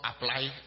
apply